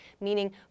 meaning